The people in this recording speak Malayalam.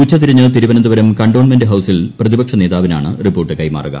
ഉച്ചതിരിഞ്ഞ് തിരുവനന്തപുരം കൻടോൺമെന്റ് ഹൌസിൽ പ്രതിപക്ഷ നേതാവിനാണ് റിപ്പോർട്ട് കൈമാറുക